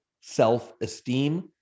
self-esteem